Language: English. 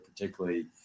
particularly